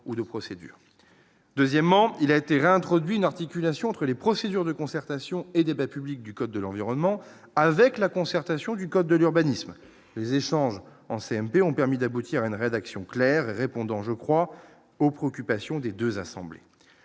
deuxièmement, il a été réintroduit une articulation entre les procédures de concertation et débat public du code de l'environnement avec la concertation du code de l'urbanisme, les échanges en CMP ont permis d'aboutir à une rédaction répondant : je crois aux préoccupations des 2 assemblées,